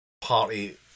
party